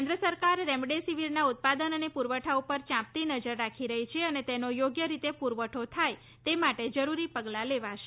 કેન્દ્ર સરકાર રેમડેસીવીરના ઉત્પાદન અને પુરવઠા ઉપર ચાંપતી નજર રાખી રહી છે અને તેનો થોગ્ય રીતે પૂરવઠો થાય તે માટે જરૂરી પગલાં લેવાશે